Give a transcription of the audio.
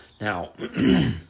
Now